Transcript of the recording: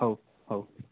ହଉ ହଉ